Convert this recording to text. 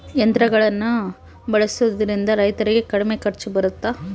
ಯಂತ್ರಗಳನ್ನ ಬಳಸೊದ್ರಿಂದ ರೈತರಿಗೆ ಕಡಿಮೆ ಖರ್ಚು ಬರುತ್ತಾ?